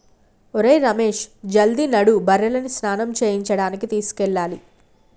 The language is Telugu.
ఒరేయ్ రమేష్ జల్ది నడు బర్రెలను స్నానం చేయించడానికి తీసుకెళ్లాలి